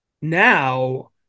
now